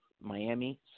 Miami